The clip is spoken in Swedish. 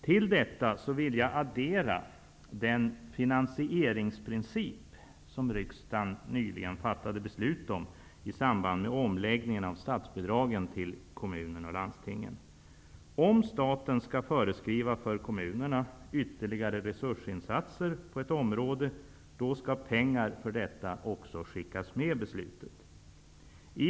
Till detta kommer den finansieringsprincip som riksdagen nyligen fattade beslut om i samband med omläggningen av statsbidragen till kommuner och landsting. Om staten skall föreskriva att kommunerna skall satsa ytterligare resurser på ett område skall pengar för detta också skickas med beslutet.